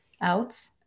out